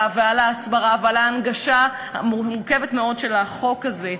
ועל ההסברה ועל ההנגשה המורכבת מאוד של החוק הזה,